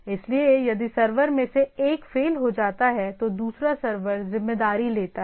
इसलिए यदि सर्वर में से एक फेल हो जाता है तो दूसरा सर्वर जिम्मेदारी लेता है